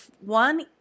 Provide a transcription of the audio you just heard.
one